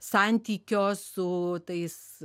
santykio su tais